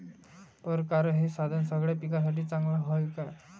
परकारं हे साधन सगळ्या पिकासाठी चांगलं हाये का?